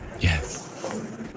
yes